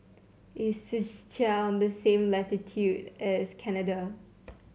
is Czechia on the same latitude as Canada